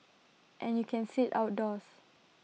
and you can sit outdoors